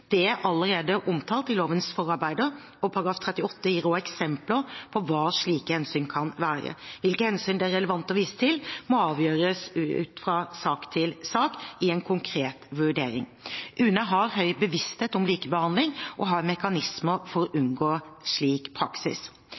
er allerede omtalt i lovens forarbeider, og § 38 gir også eksempler på hva slike hensyn kan være. Hvilke hensyn det er relevante å vise til, må avgjøres fra sak til sak i en konkret vurdering. UNE har høy bevissthet om likebehandling og har mekanismer for å unngå slik praksis.